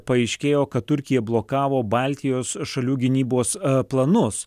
paaiškėjo kad turkija blokavo baltijos šalių gynybos planus